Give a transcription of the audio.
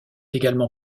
également